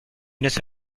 units